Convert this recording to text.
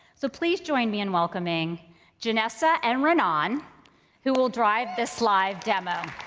so please join me in welcoming janessa and renan, who will drive the slide demo.